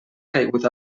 caigut